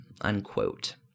Unquote